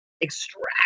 extract